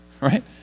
right